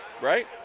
right